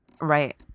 right